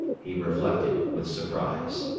he reflected, with surprise.